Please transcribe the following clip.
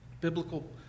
biblical